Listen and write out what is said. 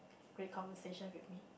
great conversation with me